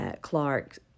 Clark